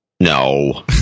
No